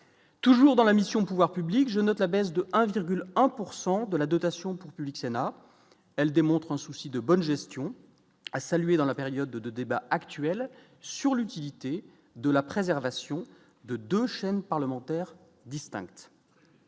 toujours dans la mission, pouvoirs publics, je note la baisse de 1,1 pourcent de la dotation pour Public Sénat, elle démontre un souci de bonne gestion, a salué dans la période de débats actuel sur l'utilité de la préservation de 2 chaînes parlementaires distinctes